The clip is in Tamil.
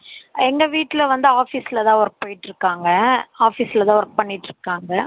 எங்கள் வீட்டில் வந்து ஆஃபீஸில் தான் ஒர்க் போய்ட்டுருக்குகாங்க ஆஃபீஸில் தான் ஒர்க் பண்ணிட்டுருக்காங்க